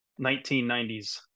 1990s